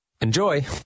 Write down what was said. Enjoy